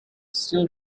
still